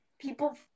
people